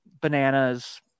Bananas